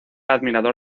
admirador